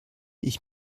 ich